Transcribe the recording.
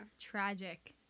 Tragic